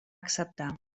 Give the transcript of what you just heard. acceptar